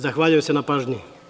Zahvaljujem se na pažnji.